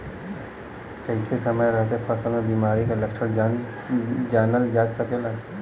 कइसे समय रहते फसल में बिमारी के लक्षण जानल जा सकेला?